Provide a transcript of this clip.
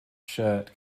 shirt